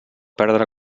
perdre